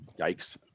yikes